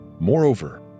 Moreover